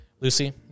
Lucy